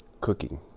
cooking